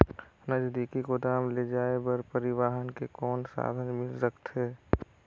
नजदीकी गोदाम ले जाय बर परिवहन के कौन साधन मिल सकथे?